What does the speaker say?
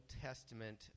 Testament